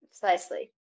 Precisely